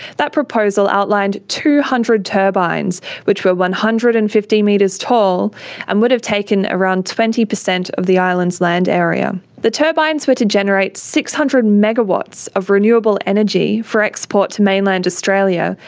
that proposal outlined two hundred turbines which were one hundred and fifty metres tall and would have taken around twenty per cent of the island's land area. the turbines were to generate six hundred megawatts of renewable energy for export to mainland australia,